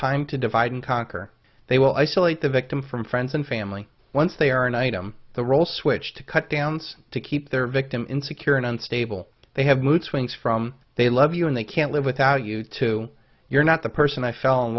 time to divide and conquer they will isolate the victim from friends and family once they are an item the role switched to cut downs to keep their victim insecure and unstable they have mood swings from they love you and they can't live without you too you're not the person i fell in